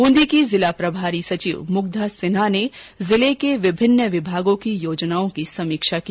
बूंदी की जिला प्रभारी सचिव मुग्धा सिन्हा ने जिले के विभिन्न विभागों की योजनाओं की समीक्षा की